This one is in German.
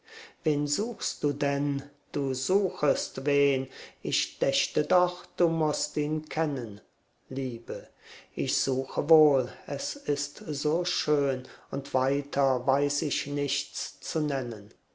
wen suchst du denn du suchest wen ich dächte doch du mußt ihn kennen liebe ich suche wohl es ist so schön und weiter weiß ich nichts zu nennen